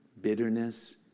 bitterness